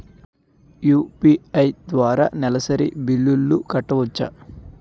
UPI ద్వారా నెలసరి బిల్లులు కట్టవచ్చా?